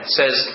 says